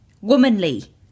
Womanly